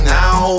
now